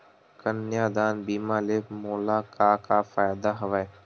कन्यादान बीमा ले मोला का का फ़ायदा हवय?